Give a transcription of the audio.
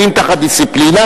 אם תחת דיסציפלינה,